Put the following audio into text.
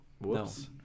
Whoops